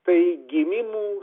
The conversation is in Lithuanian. tai gynimų